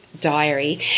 diary